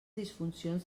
disfuncions